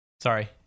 Sorry